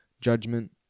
judgment